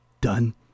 done